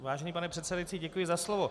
Vážený pane předsedající, děkuji za slovo.